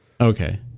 Okay